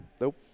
Nope